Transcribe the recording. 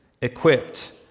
equipped